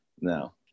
No